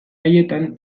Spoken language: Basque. haietan